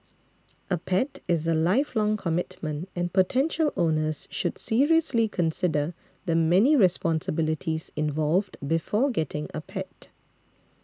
a pet is a lifelong commitment and potential owners should seriously consider the many responsibilities involved before getting a pet